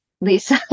Lisa